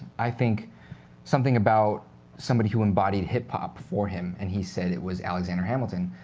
i think something about somebody who embodied hip hop for him, and he said it was alexander hamilton.